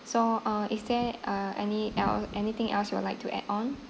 so uh is there uh any el~ anything else you would like to add on